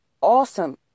awesome